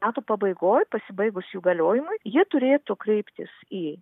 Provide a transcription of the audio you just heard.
metų pabaigoj pasibaigus jų galiojimui ji turėtų kreiptis į